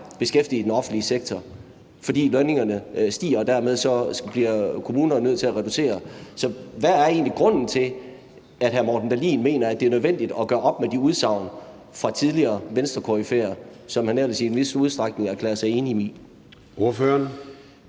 beskæftigede i den offentlige sektor, fordi lønningerne stiger, og dermed bliver kommunerne nødt til at reducere. Så hvad er egentlig grunden til, at hr. Morten Dahlin mener, at det er nødvendigt at gøre op med de udsagn fra tidligere Venstrekoryfæer, som han ellers i en vis udstrækning erklærer sig enig i?